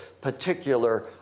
particular